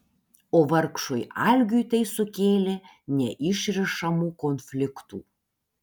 o vargšui algiui tai sukėlė neišrišamų konfliktų